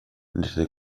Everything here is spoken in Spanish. desde